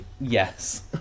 Yes